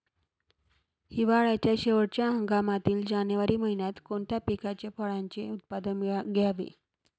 हिवाळ्याच्या शेवटच्या हंगामातील जानेवारी महिन्यात कोणत्या पिकाचे, फळांचे उत्पादन घ्यावे?